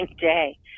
day